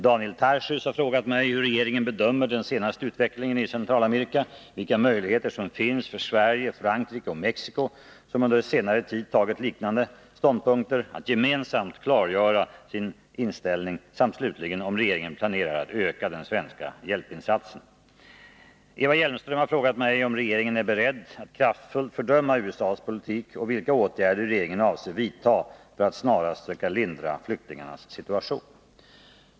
Daniel Tarschys har frågat mig hur regeringen bedömer den senaste utvecklingen i Centralamerika, vilka möjligheter som finns för Sverige, Frankrike och Mexico, som under senare tid intagit likartade ståndpunkter, att gemensamt klargöra sin inställning samt slutligen om regeringen planerar att öka den svenska hjälpinsatsen. Eva Hjelmström har frågat mig om regeringen är beredd att kraftfullt fördöma USA:s politik och vilka åtgärder regeringen avser vidta för att snarast söka lindra flyktingarnas situation.